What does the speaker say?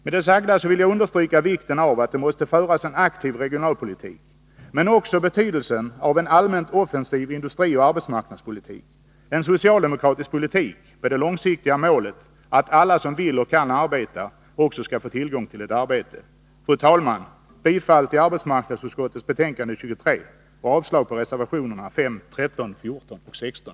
Med det sagda vill jag understryka vikten av att det förs en aktiv regionalpolitik men också betydelsen av en allmänt offensiv industrioch arbetsmarknadspolitik, en socialdemokratisk politik med det långsiktiga målet att alla som vill och kan arbeta också skall få tillgång till ett arbete. Fru talman! Jag yrkar bifall till arbetsmarknadsutskottets hemställan och avslag på reservationerna 5, 13, 14 och 16.